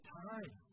time